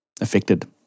affected